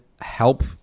help